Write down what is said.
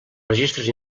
registres